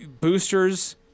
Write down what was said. boosters